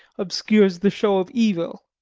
obscures the show of evil?